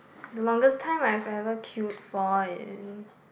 the longest time I've ever queued for in